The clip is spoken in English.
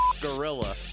gorilla